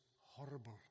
horrible